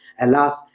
Alas